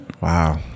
Wow